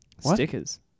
Stickers